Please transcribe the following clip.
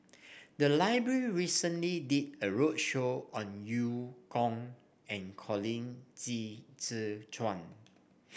the library recently did a roadshow on Eu Kong and Colin Qi Zhe Quan